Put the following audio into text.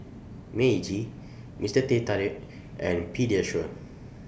Meiji Mister Teh Tarik and Pediasure